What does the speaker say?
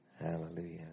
Hallelujah